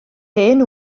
hen